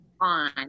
on